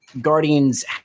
Guardians